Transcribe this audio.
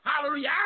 hallelujah